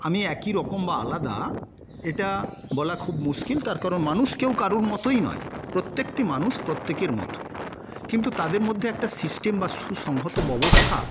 আমি একই রকম বা আলাদা এটা বলা খুব মুশকিল তার কারণ মানুষ কেউ কারোর মতই নয় প্রত্যেকটি মানুষ প্রত্যেকের মতো কিন্তু তাদের মধ্যে একটা সিস্টেম বা সুসংহত ব্যবস্থা